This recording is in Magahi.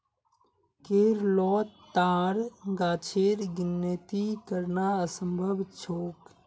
केरलोत ताड़ गाछेर गिनिती करना असम्भव छोक